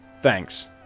Thanks